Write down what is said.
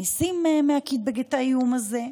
מכניסים לקיטבג את האיום הזה.